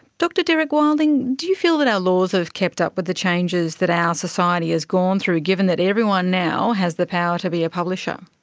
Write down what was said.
dr derek wilding, do you feel that our laws have kept up with the changes that our society has gone through, given that everyone now has the power to be a publisher?